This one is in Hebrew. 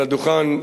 על הדוכן,